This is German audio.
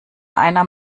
einer